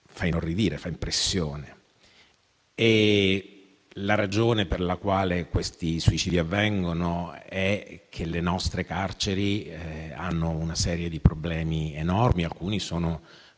fa inorridire, fa impressione. La ragione per la quale questi suicidi avvengono è che le nostre carceri hanno una serie di problemi enormi, alcuni dei